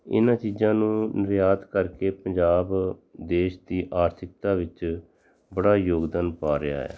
ਇਹਨਾਂ ਚੀਜ਼ਾਂ ਨੂੰ ਨਿਰਯਾਤ ਕਰਕੇ ਪੰਜਾਬ ਦੇਸ਼ ਦੀ ਆਰਥਿਕਤਾ ਵਿੱਚ ਬੜਾ ਯੋਗਦਾਨ ਪਾ ਰਿਹਾ ਹੈ